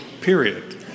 period